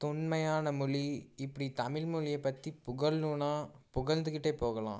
தொன்மையான மொழி இப்படி தமிழ் மொழியை பற்றி புகழ்னுன்னா புகழ்ந்துகிட்டே போகலாம்